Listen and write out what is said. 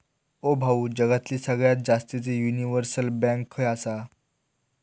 ओ भाऊ, जगातली सगळ्यात जास्तीचे युनिव्हर्सल बँक खय आसा